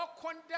condemn